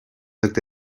looked